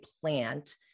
plant